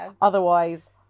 Otherwise